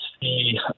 see